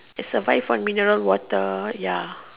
survive on mineral water ya